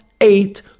eight